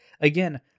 again